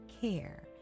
care